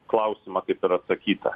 klausimą kaip ir atsakyta